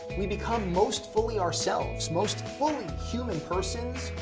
we become most fully ourselves, most fully human persons,